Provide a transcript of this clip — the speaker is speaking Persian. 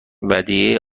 ودیعه